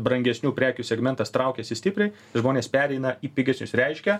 brangesnių prekių segmentas traukiasi stipriai žmonės pereina į pigesnius reiškia